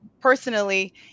personally